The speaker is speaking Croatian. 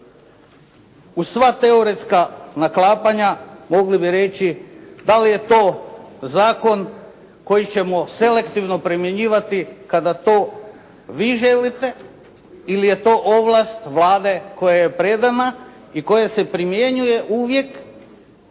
uz sva teoretska naklapanja mogli bi reći da li je to zakon koji ćemo selektivno primjenjivati kada to vi želite ili je to ovlast Vlade koja je predana i koja se primjenjuje uvijek,